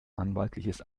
anwaltliches